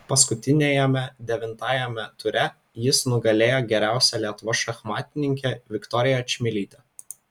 paskutiniajame devintajame ture jis nugalėjo geriausią lietuvos šachmatininkę viktoriją čmilytę